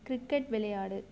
cricket விளையாடு